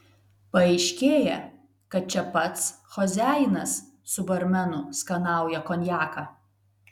paaiškėja kad čia pats choziajinas su barmenu skanauja konjaką